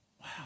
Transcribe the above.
Wow